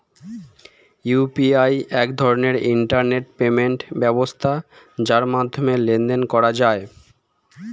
UPI এক ধরনের internet payment ব্যবস্থা যার মাধ্যমে লেনদেন করা যায়